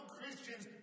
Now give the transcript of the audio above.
Christians